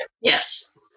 yes